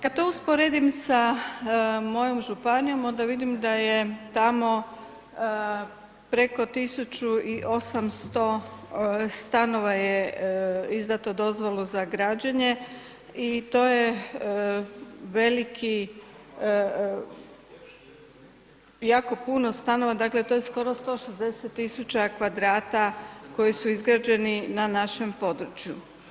Kad to usporedim sa mojom županijom onda vidim da je tamo preko 1800 stanova je izdato dozvolu za građenje i to je veliki, jako puno stanova, dakle to je skoro 160 tisuća kvadrata koji su izgrađeni na našem području.